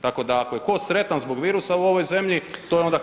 Tako da ako je ko sretan zbog virusa u ovoj zemlji, to je onda HDZ.